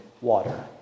water